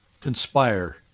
conspire